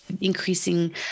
increasing